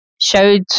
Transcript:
showed